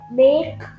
make